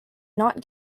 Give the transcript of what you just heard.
not